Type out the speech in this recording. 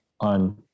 on